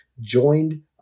joined